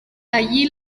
allí